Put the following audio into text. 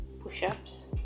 push-ups